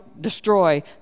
destroy